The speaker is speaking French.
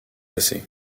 assez